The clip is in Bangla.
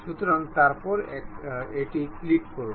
সুতরাং তারপর এটি ক্লিক করুন